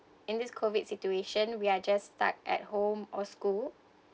in this COVID situation we're just stuck at home or school